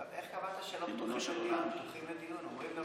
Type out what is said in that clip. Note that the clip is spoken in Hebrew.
איך קבעת שלא פתוחים לדיון?